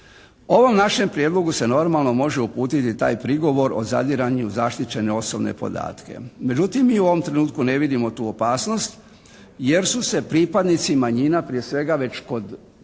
Ovom našem prijedlogu se normalno može uputiti taj prigovor o zadiranju u zaštićene osobne podatke. Međutim, mi u ovom trenutku ne vidimo tu opasnost jer su se pripadnici manjina prije svega već kod